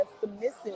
submissive